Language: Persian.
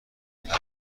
کردن